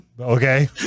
Okay